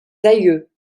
aïeux